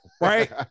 right